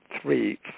three